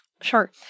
Sure